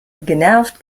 genervt